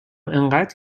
انقدر